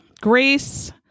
Grace